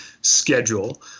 schedule